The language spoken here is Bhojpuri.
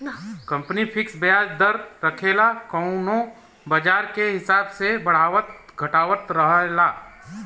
कंपनी फिक्स बियाज दर रखेला कउनो बाजार के हिसाब से बढ़ावत घटावत रहेला